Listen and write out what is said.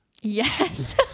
Yes